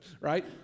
right